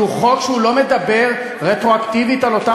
הוא חוק שאינו מדבר רטרואקטיבית על אותם